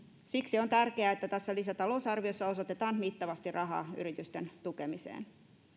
siksi on tärkeää että tässä lisätalousarviossa osoitetaan mittavasti rahaa yritysten tukemiseen